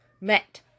met